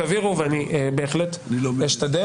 ואני בהחלט אשתדל.